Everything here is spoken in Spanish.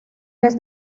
vez